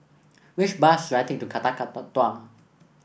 which bus should I take to Kakatua